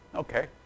Okay